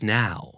now